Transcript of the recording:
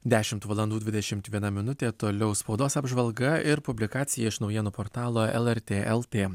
dešimt valandų dvidešimt vien minutė toliau spaudos apžvalga ir publikacija iš naujienų portalo lrt lt